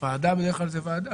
ועדה היא בדרך כלל ועדה.